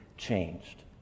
Changed